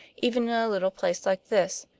even in a little place like this.